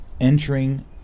Entering